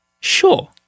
sure